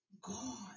god